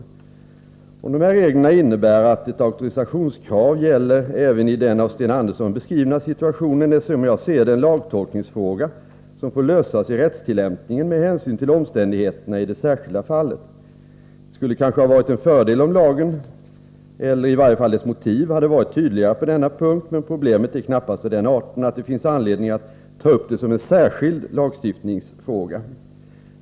Huruvida dessa regler innebär att ett auktorisationskrav gäller även i den av Sten Andersson beskrivna situationen är som jag ser det en lagtolkningsfråga som får lösas i rättstillämpningen med hänsyn till omständigheterna i det särskilda fallet. Det skulle kanske ha varit en fördel om lagen eller i varje fall dess motiv hade varit tydligare på denna punkt, men problemet är knappast av den arten att det finns anledning att ta upp det som en särskild lagstiftningsfråga.